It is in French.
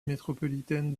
métropolitaine